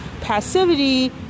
passivity